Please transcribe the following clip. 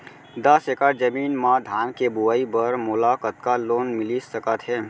दस एकड़ जमीन मा धान के बुआई बर मोला कतका लोन मिलिस सकत हे?